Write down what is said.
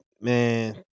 man